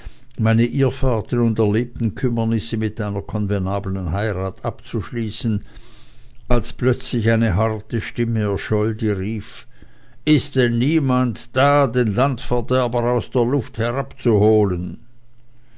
meine irrfahrten und erlebten kümmernisse mit einer konvenablen heirat abzuschließen als plötzlich eine harte stimme erscholl die rief ist denn niemand da den landverderber aus der luft herabzuholen